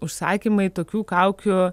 užsakymai tokių kaukių